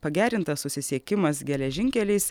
pagerintas susisiekimas geležinkeliais